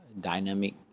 dynamic